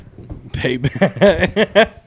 Payback